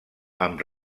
amb